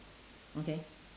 okay